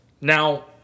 Now